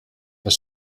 was